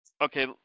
Okay